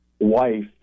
wife